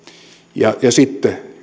ja sitten